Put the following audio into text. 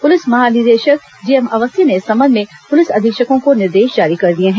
police महानिदेशक DM Awasthi ने इस संबंध में पुलिस अधीक्षकों को निर्देश जारी कर दिए हैं